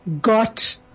got